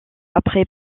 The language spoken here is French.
après